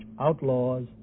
outlaws